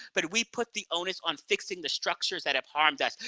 but we put the onus on fixing the structures that have harmed us.